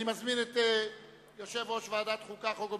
אני מזמין את יושב-ראש ועדת החוקה, חוק ומשפט.